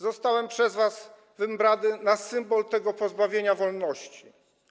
Zostałem przez was wybrany na symbol tego pozbawienia wolności.